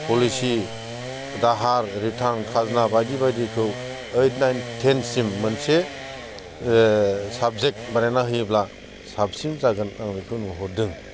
policy दाहार return खाजोना बायदि बायदिखौ ओइद नाइन टेनसिम मोनसे साबजेक्ट बानायना होयोब्ला साबसिन जागोन आं बेखौ नुहरदों